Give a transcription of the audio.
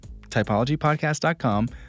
TypologyPodcast.com